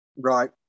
Right